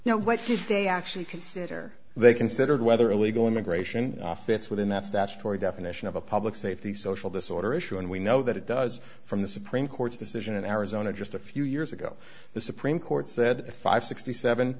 now what did they actually consider they considered whether illegal immigration office within that statutory definition of a public safety social disorder issue and we know that it does from the supreme court's decision in arizona just a few years ago the supreme court said five sixty seven